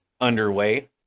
underway